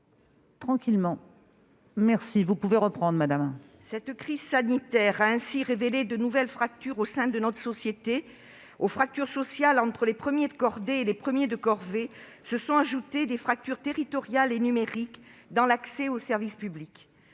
acuité la crise de la covid-19. Cette crise a révélé de nouvelles fractures au sein de notre société : aux fractures sociales entre les premiers de cordée et les premiers de corvée se sont ajoutées des fractures territoriales et numériques dans l'accès aux services publics.